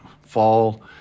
fall